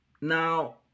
now